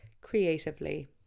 creatively